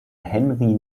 henri